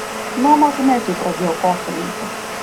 nuo mažumės jau pradėjo kosilinti